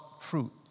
truth